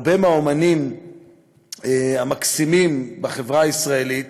הרבה מהאמנים המקסימים בחברה הישראלית,